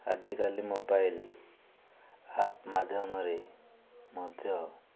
ଆଜିକାଲି mobile app ମାଧ୍ୟମରେ ମଧ୍ୟ